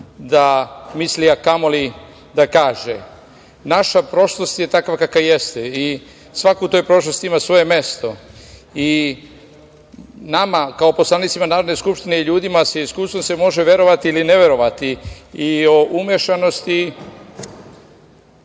da misli, a kamoli da kaže. Naša prošlost je takva kakva jeste i svako u toj prošlosti ima svoje mesto i nama kao poslanicima Narodne skupštine i ljudima sa iskustvom se može verovati ili ne verovati i o umešanosti